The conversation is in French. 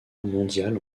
mondial